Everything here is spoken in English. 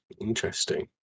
Interesting